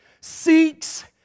seeks